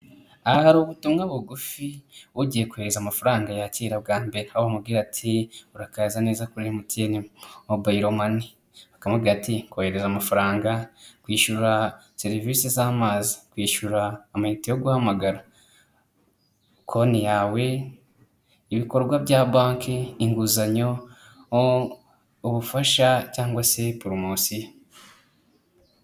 Aha hari ubutumwa bugufi ugiye kohereza amafaranga yakira bwa mbere, aho bamubwira ati urakaza neza kuri emutiyeni mobayilemani, bakamubwira ati kohereza amafaranga, kwishyura serivisi z'amazi ,kwishyura amayinite yo guhamagara, konti yawe, ibikorwa bya banki inguzanyo , ubufasha cyangwa se poromosiyo.